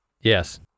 Yes